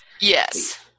Yes